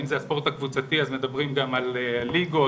אם זה הספורט הקבוצתי אז מדברים גם על ליגות.